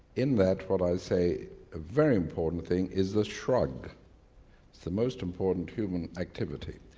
in that what i say a very important thing is the shrug. it's the most important human activity.